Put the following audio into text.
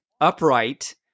upright